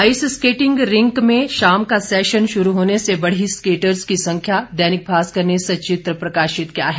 ice skating rink में शाम का सेशन शुरू होने से बढ़ी स्केटर्स की संख्या दैनिक भास्कर ने सचित्र प्रकाशित किया है